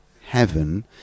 heaven